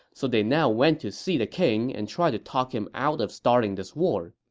so they now went to see the king and tried to talk him out of starting this war.